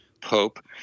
pope